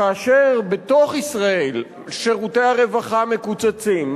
כאשר בתוך ישראל שירותי הרווחה מקוצצים,